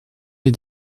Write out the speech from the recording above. est